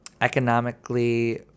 economically